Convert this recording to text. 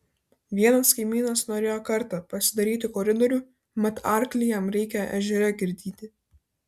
vienas kaimynas norėjo kartą pasidaryti koridorių mat arklį jam reikia ežere girdyti